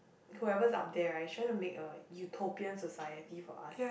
whoever is up there right is trying to make a utopian society for us